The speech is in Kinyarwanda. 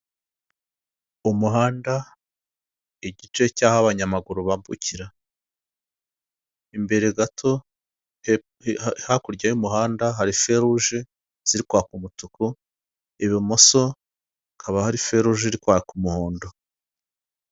Umuhanda, igice cy'aho abanyamaguru bambukira, imbere gato hakurya y'umuhanda hari feruje ziri kwaka umutuku, ibumoso hakaba hari feruje iri kwaka umuhondo.